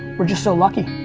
we're just so lucky.